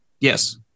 yes